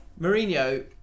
Mourinho